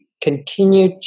continue